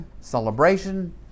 celebration